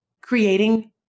creating